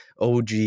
OG